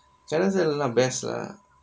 Carousell leh lah best lah